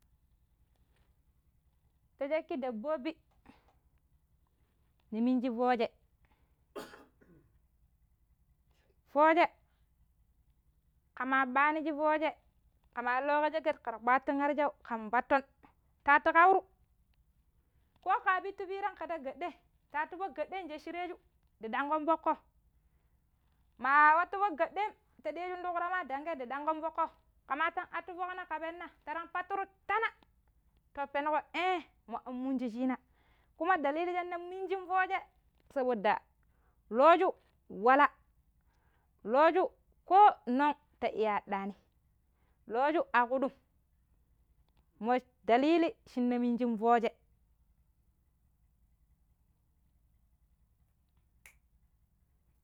Ti chakki dabbobi ni minje fooje fooje ka ma ɓanishi fooje kama iliko ka sheket kar kpatulu arshau kan patton ta ti kauru ko ka pittu piram kata gaɗɗai, ta to fok gaɗɗai nsheshireju ndi ɗankon fokko. Ma wattu fok gaɗɗaim ta ɗejundu warunma dangai ndu dankon fokko kama tan atu foknai ka penna ta apattun tana ta peno ee mu an muju shina, kuma dalili shina minjen fooje saboda looju wala, looju ko non ta iya anɗani looju a kuɗum moo dalili shine minji fooje.